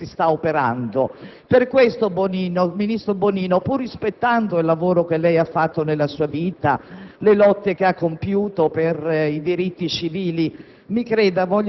parlando: di qualcosa che riguarda meno di 800.000 lavoratori che hanno cominciato a lavorare da ragazzi. È una vergogna la controinformazione che si sta facendo.